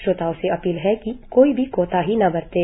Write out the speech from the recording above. श्रोताओं से अपील है कि कोई भी कोताही न बरतें